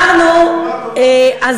אז אמרנו, דוגמה טובה ליש עתיד.